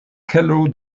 kelo